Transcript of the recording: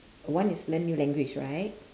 one is learn new language right